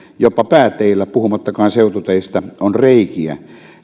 jopa pääteillä puhumattakaan seututeistä on reikiä